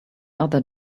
other